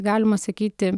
galima sakyti